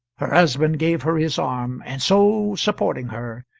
her husband gave her his arm, and so supporting her,